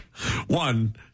One